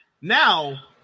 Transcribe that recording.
now